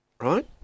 Right